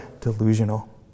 delusional